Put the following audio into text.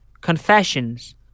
Confessions